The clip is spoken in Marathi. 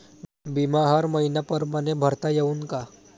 बिमा हर मइन्या परमाने भरता येऊन का?